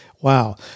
Wow